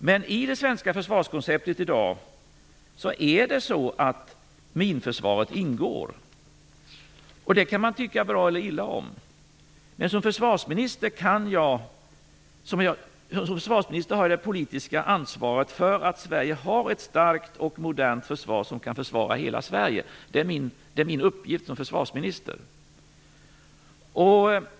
Men i det svenska försvarskonceptet i dag ingår minförsvaret. Det kan man tycka bra eller illa om. Men som försvarsminister har jag det politiska ansvaret för att Sverige har ett starkt och modernt försvar, som kan försvara hela Sverige. Det är min uppgift som försvarsminister.